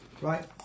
Right